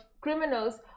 criminals